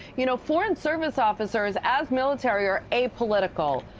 you know foreign service officers, as military, are apolitical.